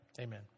Amen